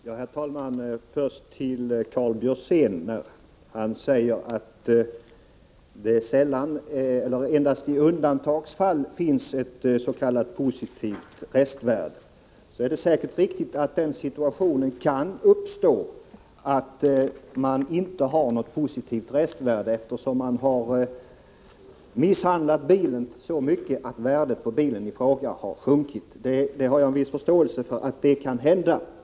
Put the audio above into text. Herr talman! Först till Karl Björzén. Han säger att det är sällan, endast i undantagsfall, som det finns ett s.k. positivt restvärde. Det är säkert riktigt att den situationen kan uppstå att något restvärde inte finns eftersom man har misshandlat bilen så mycket att värdet på den har sjunkit. Jag har en viss förståelse för att det kan hända.